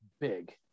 big